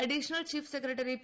additional chief secretary P